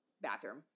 Bathroom